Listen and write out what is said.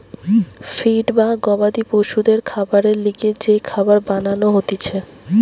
feed বা গবাদি পশুদের খাবারের লিগে যে খাবার বানান হতিছে